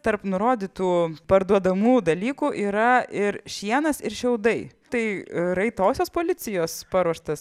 tarp nurodytų parduodamų dalykų yra ir šienas ir šiaudai tai raitosios policijos paruoštas